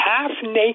half-naked